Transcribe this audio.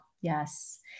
Yes